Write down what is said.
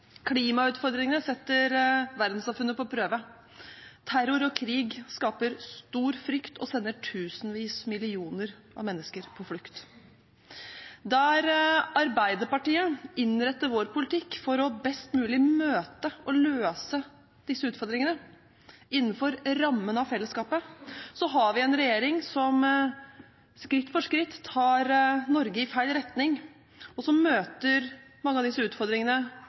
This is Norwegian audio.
Klimautfordringene setter verdenssamfunnet på prøve. Terror og krig skaper stor frykt, og sender tusenvis millioner av mennesker på flukt. Der vi i Arbeiderpartiet innretter vår politikk for best mulig å møte og løse disse utfordringene innenfor rammen av fellesskapet, har vi en regjering som skritt for skritt tar Norge i feil retning, og som møter mange av disse utfordringene